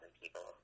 people